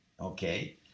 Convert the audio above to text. Okay